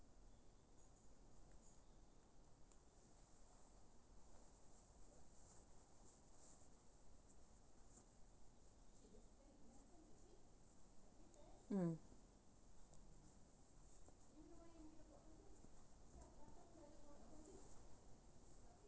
mm